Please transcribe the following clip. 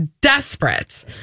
desperate